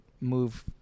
move